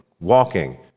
walking